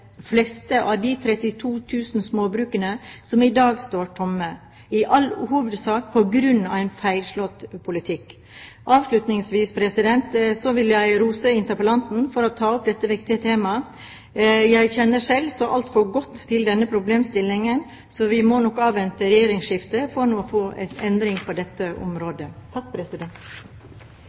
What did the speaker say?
fleste av de 32 000 småbrukene som i dag står tomme – i all hovedsak på grunn av en feilslått politikk. Avslutningsvis vil jeg rose interpellanten for å ta opp dette viktige temaet. Jeg kjenner selv så altfor godt til denne problemstillingen. Vi må nok avvente et regjeringsskifte for å få en endring på dette området.